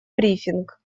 брифинг